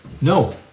No